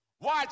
Watch